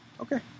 Okay